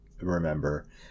remember